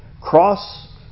cross